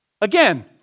Again